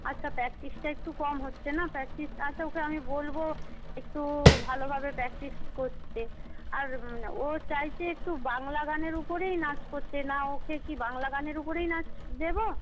আচ্ছা প্র্যাকটিসটা একটু কম হচ্ছে না প্র্যাকটিসটা আচ্ছা ওকে আমি বলব একটু ভালোভাবে প্র্যাকটিস করতে আর ও চাইছে একটু বাংলা গানের উপরেই নাচ করতে না ওকে কি বাংলা গানের উপরেই নাচ দেবো